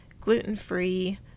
gluten-free